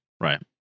Right